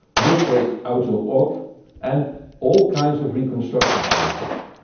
display auto off and all kinds of reconstruction filters.